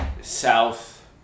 South